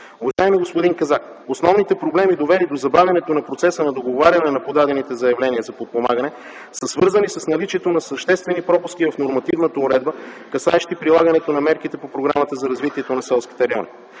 Уважаеми господин Казак, основните проблеми, довели до забавянето на процеса на договаряне на подадените заявления за подпомагане, са свързани с наличието на съществени пропуски в нормативната уредба, касаещи прилагането на мерките по Програмата за развитието на селските райони.